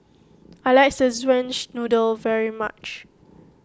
I like Szechuan's Noodle very much